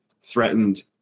Threatened